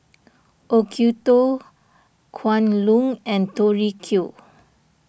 Acuto Kwan Loong and Tori Q